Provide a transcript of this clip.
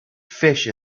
fish